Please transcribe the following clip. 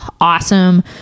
awesome